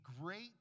great